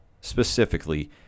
specifically